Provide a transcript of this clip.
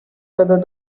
whether